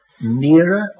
nearer